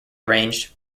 arranged